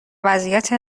وضعیت